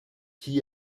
qui